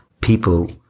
people